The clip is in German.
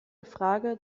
frage